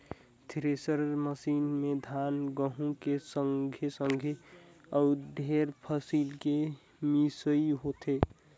thresher machine में धान, गहूँ के संघे संघे अउ ढेरे फसिल के मिसई होथे